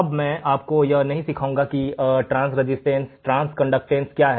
अब मैं आपको यह नहीं सिखाऊंगा कि ट्रांसकंडक्शन और ट्रांसरेसिस्टेंस क्या है